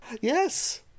Yes